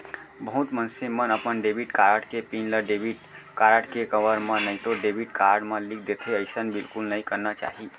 बहुत मनसे मन अपन डेबिट कारड के पिन ल डेबिट कारड के कवर म नइतो डेबिट कारड म लिख देथे, अइसन बिल्कुल नइ करना चाही